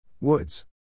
Woods